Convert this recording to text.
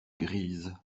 grise